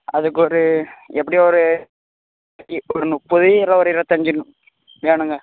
அதுக்கு ஒரு எப்படியும் ஒரு ஒரு முப்பது இல்லை ஒரு இருபத்தஞ்சி வேணும்ங்க